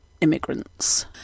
immigrants